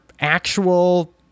actual